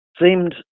seemed